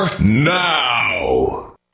now